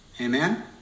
Amen